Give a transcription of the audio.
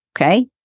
okay